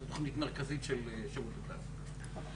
זו תכנית מרכזית של שירות התעסוקה.